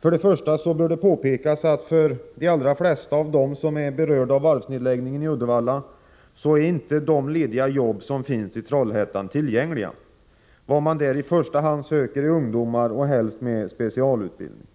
För det första bör det påpekas att för de allra flesta av dem som är berörda av varvsnedläggningen i Uddevalla är inte de lediga jobb som finns i Trollhättan tillgängliga. Vad man där i första hand söker är ungdomar, helst med specialutbildning.